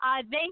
Thank